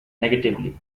negatively